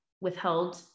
withheld